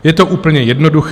Je to úplně jednoduché.